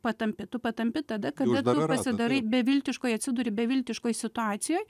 patampi tu patampi tada kada tu pasidarai beviltiškoj atsiduri beviltiškoj situacijoj